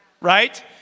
right